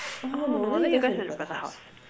oh no wonder you guys were at prata house